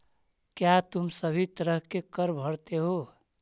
क्या तुम सभी तरह के कर भरते हो?